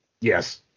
Yes